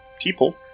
people